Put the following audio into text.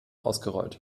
ausgerollt